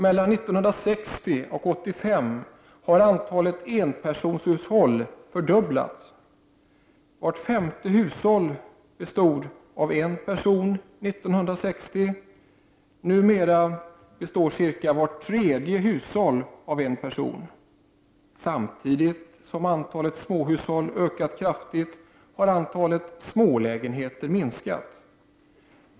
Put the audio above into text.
Mellan 1960 och 1985 har antalet enpersonshushåll fördubblats. Vart femte hushåll bestod av en person 1960. Numera består vart tredje hushåll av en person. Samtidigt som antalet småhushåll ökat kraftigt har antalet smålägenheter minskat.